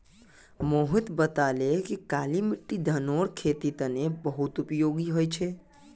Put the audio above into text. मोहिनी बताले कि काली मिट्टी धानेर खेतीर तने बहुत उपयोगी ह छ